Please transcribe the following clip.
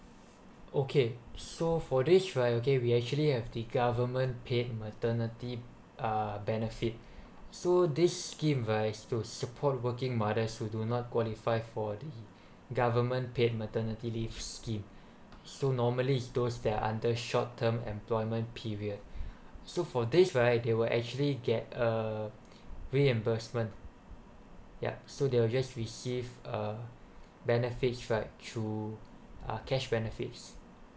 okay so for this right okay we actually have the government paid maternity uh benefit so this scheme right to support working mothers who do not qualify for the government paid maternity leave scheme so normally is those they are under short term employment period so for this right they will actually get a reimbursement ya so they will just received uh benefits through uh cash benefits